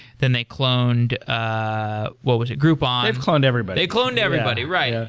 then, they cloned ah what was it? groupon. they've cloned everybody they cloned everybody. right. yeah